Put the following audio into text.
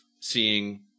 seeing